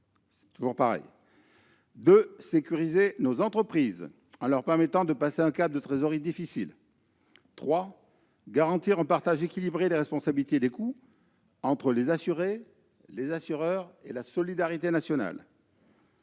les assureurs ; sécuriser nos entreprises en leur permettant de passer un cap de trésorerie difficile ; garantir un partage équilibré des responsabilités et des coûts entre les assurés, les assureurs et la solidarité nationale.